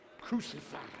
crucified